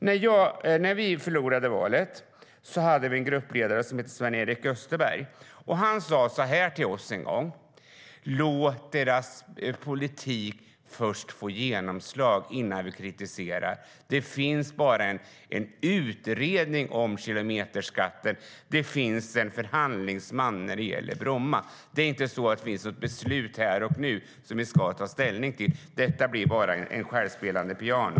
När vi förlorade valet hade vi en gruppledare som hette Sven-Erik Österberg, och han sa en gång till oss: Låt deras politik få genomslag innan vi kritiserar. Det finns bara en utredning om kilometerskatten, och det finns en förhandlingsman när det gäller Bromma. Det är inte så att det finns något beslut här och nu som vi ska ta ställning till. Detta blir bara ett självspelande piano.